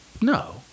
no